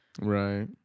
Right